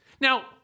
Now